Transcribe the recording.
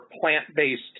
plant-based